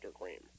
Cream